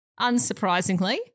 unsurprisingly